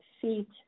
feet